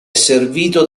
servito